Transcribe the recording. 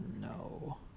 No